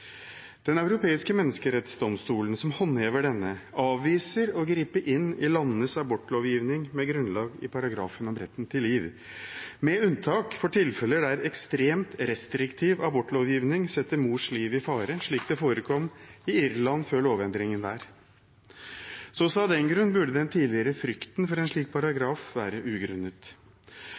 Den europeiske menneskerettsdomstolen, som håndhever denne, avviser å gripe inn i landenes abortlovgivning med grunnlag i paragrafen om retten til liv, med unntak for tilfeller der en ekstremt restriktiv abortlovgivning setter mors liv i fare, slik det forekom i Irland før lovendringen der. Også av den grunn burde den tidligere frykten for en slik paragraf være ugrunnet.